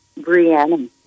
Brianna